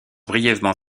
brièvement